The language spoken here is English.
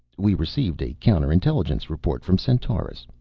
we received a counter-intelligence report from centaurus.